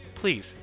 Please